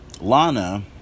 Lana